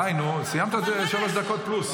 די, נו, סיימת שלוש דקות פלוס.